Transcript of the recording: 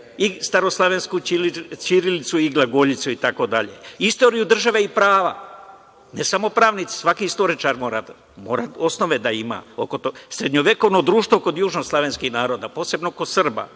i staroslavensku ćirilicu i glagoljicu, itd. Istoriju države i prava, ne samo pravnici, svaki istoričar mora osnove da ima oko toga. Srednjovekovno društvo kod južnoslovenskih naroda, posebno kod Srba.